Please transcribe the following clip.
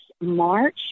March